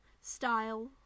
style